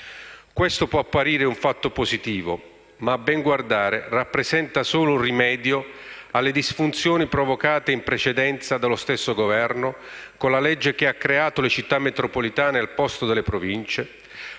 Questo può apparire un fatto positivo, ma, a ben guardare, rappresenta solo un rimedio alle disfunzioni provocate in precedenza dallo stesso Governo con la legge che ha creato le Città metropolitane al posto delle Province,